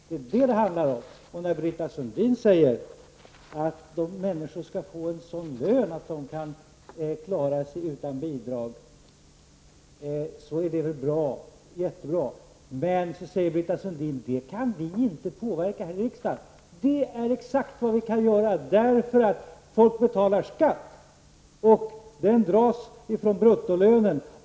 Det är vad det här handlar om. Britta Sundin säger ju också, och det tycker jag är mycket bra, att människor skall ha en sådan lön att de kan klara sig utan bidrag. Men hon tillägger att vi här i riksdagen inte kan påverka i det fallet. Jo, det är just det som vi kan göra. Folk betalar ju skatt, som dras från bruttolönen.